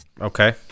Okay